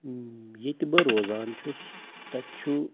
ییٚتہِ بہٕ روزان چھُس تَتہِ چھُ